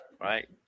right